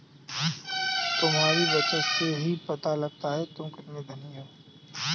तुम्हारी बचत से ही पता लगता है तुम कितने धनी हो